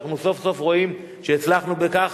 ואנחנו סוף-סוף רואים שהצלחנו בכך.